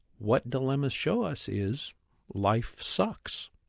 what dilemmas show us is life sucks,